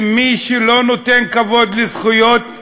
ומי שלא נותן כבוד לזכויות אזרח,